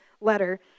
letter